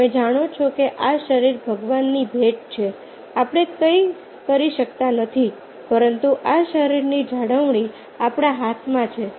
તમે જાણો છો કે આ શરીર ભગવાનની ભેટ છે આપણે કંઈ કરી શકતા નથી પરંતુ આ શરીરની જાળવણી આપણા હાથમાં છે